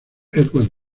edward